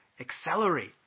accelerate